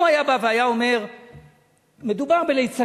אם הוא היה בא ואומר שמדובר בליצנים,